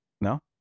no